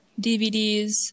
DVDs